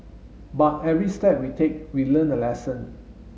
but every step we take we learn a lesson